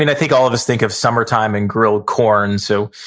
and i think all of us think of summertime and grilled corn. so,